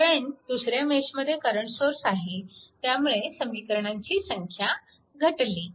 कारण दुसऱ्या मेशमध्ये करंट सोर्स आहे त्यामुळे समीकरणांची संख्या घटली